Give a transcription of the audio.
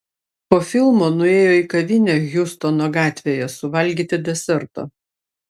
po filmo nuėjo į kavinę hjustono gatvėje suvalgyti deserto